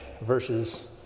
versus